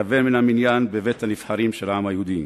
כחבר מן המניין בבית-הנבחרים של העם היהודי.